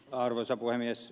arvoisa puhemies